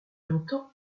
entends